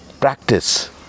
practice